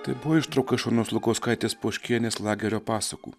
tai buvo ištrauka iš onos lukauskaitės poškienės lagerio pasakų